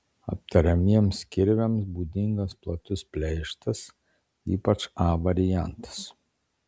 aptariamiems kirviams būdingas platus pleištas ypač a variantas